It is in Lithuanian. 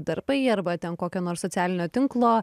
darbai arba ten kokio nors socialinio tinklo